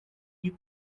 you